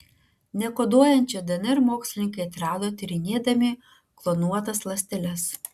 nekoduojančią dnr mokslininkai atrado tyrinėdami klonuotas ląsteles